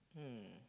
hmm